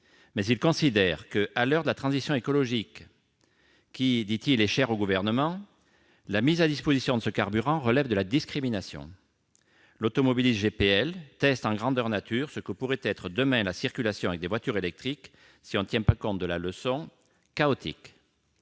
il considère, à l'heure de la transition écologique chère au Gouvernement, que la mise à disposition de ce carburant relève de la discrimination. L'automobiliste GPL teste en grandeur nature ce que pourrait être demain la circulation avec des voitures électriques si l'on ne tient pas compte de la leçon : chaotique